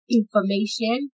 information